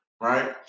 right